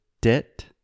debt